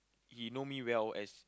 he know me well as